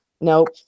Nope